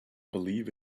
believe